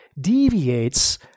deviates